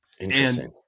interesting